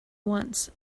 once